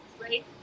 right